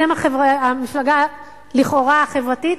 אתם המפלגה לכאורה החברתית,